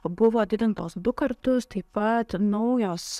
buvo didintos du kartus taip pat naujos